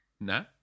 No